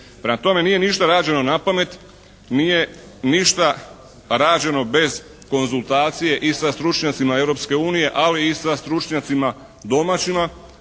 Prema tome nije ništa rađeno napamet. Nije ništa rađeno bez konzultacije i sa stručnjacima Europske unije, ali i sa stručnjacima domaćima